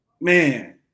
Man